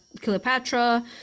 Cleopatra